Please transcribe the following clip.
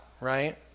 right